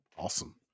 awesome